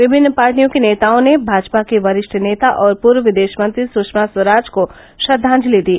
विभिन्न पार्टियों के नेताओं ने भाजपा की वरिष्ठ नेता और पूर्व विदेश मंत्री सुषमा स्वराज को श्रद्धांजलि दी